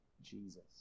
Jesus